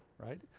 right?